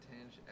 tinge